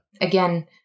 again